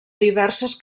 diverses